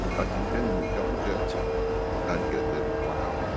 i can get in a jumbo jet and get there in one hour.